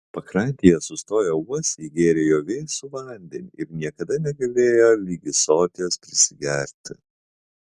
pakrantėje sustoję uosiai gėrė jo vėsų vandenį ir niekada negalėjo ligi soties prisigerti